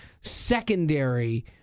secondary